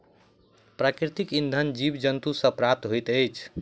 प्राकृतिक इंधन जीव जन्तु सॅ प्राप्त होइत अछि